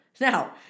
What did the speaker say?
Now